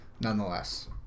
nonetheless